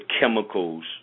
chemicals